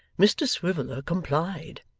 mr swiveller complied,